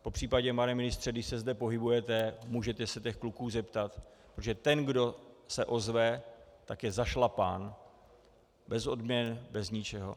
Popřípadě, pane ministře, když se zde pohybujete, můžete se těch kluků zeptat, že ten, kdo se ozve, tak je zašlapán, bez odměn, bez ničeho.